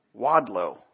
Wadlow